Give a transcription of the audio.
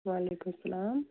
وعلیکُم السلام